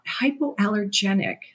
hypoallergenic